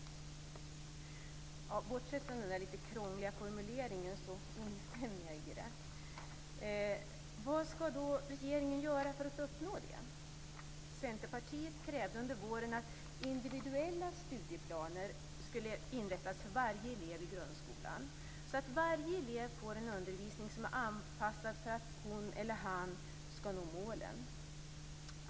Bortsett från den kanske något krångliga formuleringen instämmer jag i detta. Vad ska då regeringen göra för att uppnå detta? Centerpartiet krävde under våren att individuella studieplaner skulle inrättas för varje elev i grundskolan, så att varje elev får en undervisning som är anpassad för att hon eller han skall nå målen.